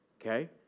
Okay